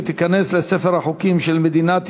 ותיכנס לספר החוקים של מדינת ישראל.